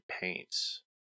paints